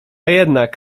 jednak